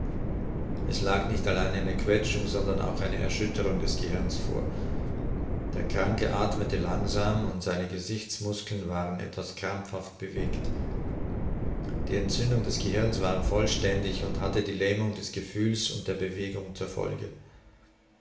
es lag nicht allein eine quetschung sondern auch eine erschütterung des gehirns vor der kranke athmete langsam und seine gesichtsmuskeln waren etwas krampfhaft bewegt die entzündung des gehirns war vollständig und hatte die lähmung des gefühls und der bewegung zur folge